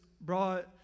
brought